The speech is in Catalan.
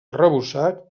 arrebossat